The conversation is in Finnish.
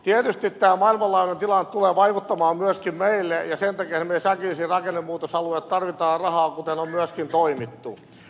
tietysti tämä maailmanlaajuinen tilanne tulee vaikuttamaan myöskin meille ja sen takia esimerkiksi äkillisen rakennemuutoksen alueille tarvitaan rahaa kuten on myöskin toimittu